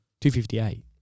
258